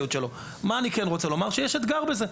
אני רוצה לומר שיש אתגר בזה.